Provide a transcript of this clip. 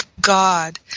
God